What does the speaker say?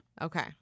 Okay